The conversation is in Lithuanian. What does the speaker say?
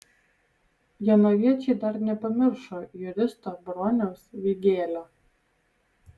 jonaviečiai dar nepamiršo juristo broniaus vygėlio